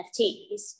NFTs